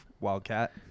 Wildcat